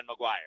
McGuire